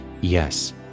Yes